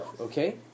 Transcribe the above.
okay